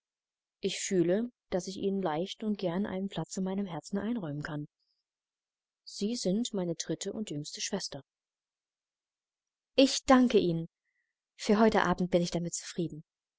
ich fühle daß ich ihnen leicht und gern einen platz in meinem herzen einräumen kann sie sind meine dritte und jüngste schwester ich danke ihnen für heute abend bin ich damit zufrieden